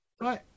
Right